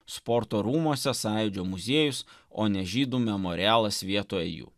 sporto rūmuose sąjūdžio muziejus o ne žydų memorialas vietoje jų